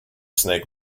snake